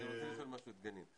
אני רוצה לשאול משהו את דגנית.